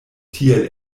tiel